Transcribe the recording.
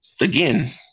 again